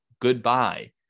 Goodbye